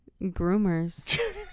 Groomers